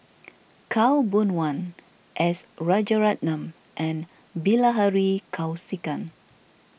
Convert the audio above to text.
Khaw Boon Wan S Rajaratnam and Bilahari Kausikan